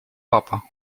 папа